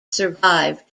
survive